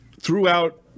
throughout